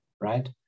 right